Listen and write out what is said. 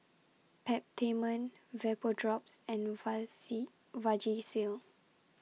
Peptamen Vapodrops and Vasi Vagisil